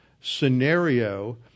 scenario